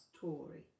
Tory